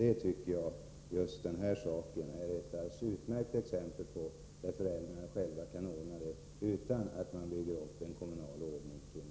Jag tycker att just detta är ett utmärkt exempel på saker som föräldrarna själva kan ordna utan att vi bygger upp en kommunal ordning.